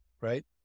right